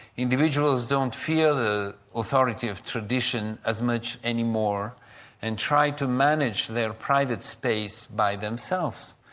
individuals don't fear the authority of tradition as much any more and try to manage their private space by themselves,